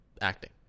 acting